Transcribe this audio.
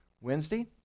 Wednesday